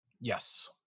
Yes